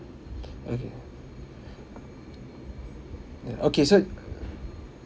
okay yeah okay so